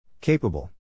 Capable